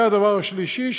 והדבר השלישי,